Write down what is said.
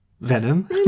Venom